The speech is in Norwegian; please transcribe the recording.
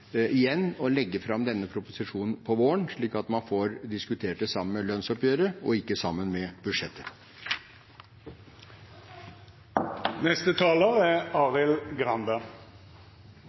å legge fram proposisjonen om våren, slik at man får diskutert det sammen med lønnsoppgjøret, og ikke sammen med